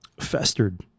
festered